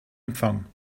empfang